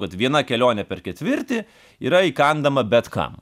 vat viena kelionė per ketvirtį yra įkandama bet kam